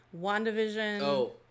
WandaVision